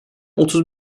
otuz